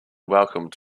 welcomed